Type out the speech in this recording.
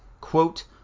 quote